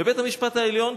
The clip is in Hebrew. ובית-המשפט העליון,